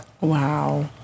Wow